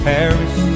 Paris